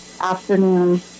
afternoon